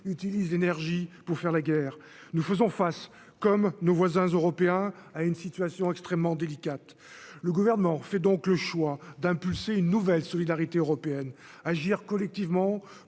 utilise l'énergie pour faire la guerre, nous faisons face, comme nos voisins européens à une situation extrêmement délicate, le gouvernement fait donc le choix d'impulser une nouvelle solidarité européenne agir collectivement